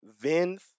Vince